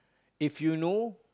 if you know